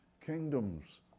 kingdoms